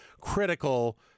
critical